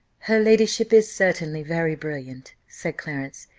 her ladyship is certainly very brilliant, said clarence,